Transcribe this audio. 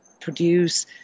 produce